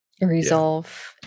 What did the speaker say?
Resolve